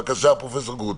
בבקשה, פרופ' גרוטו.